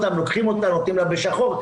נותנים בשחור,